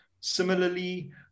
similarly